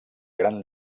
gran